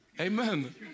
Amen